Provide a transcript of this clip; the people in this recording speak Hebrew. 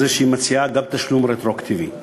כי היא מציעה גם תשלום רטרואקטיבי.